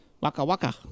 Waka-waka